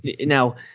Now